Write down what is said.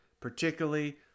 particularly